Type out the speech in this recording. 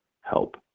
help